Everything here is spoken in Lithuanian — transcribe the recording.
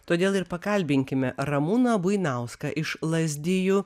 todėl ir pakalbinkime ramūną buinauską iš lazdijų